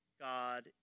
God